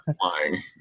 Flying